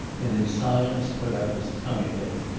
and in silence put out his tongue at him.